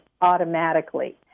automatically